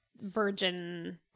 virgin